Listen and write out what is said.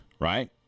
right